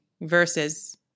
Versus